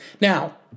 Now